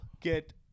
get